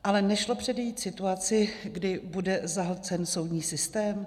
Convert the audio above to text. Ale nešlo předejít situaci, kdy bude zahlcen soudní systém?